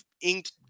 inked